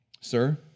sir